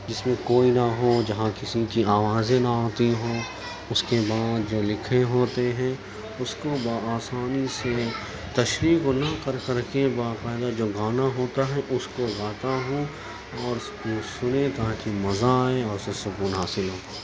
جس میں کوئی نہ ہو جہاں کسی کی آوازیں نہ آتی ہوں اس کے بعد جو لکھے ہوتے ہیں اس کو بآسانی سے تشریح کو نہ کر کر کے باقاعدہ جو گانا ہوتا ہے اس کو گاتا ہوں اور اس کو سنے تاکہ مزہ آئے اور اس سے سکون حاصل ہو